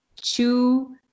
chew